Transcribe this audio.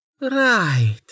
Right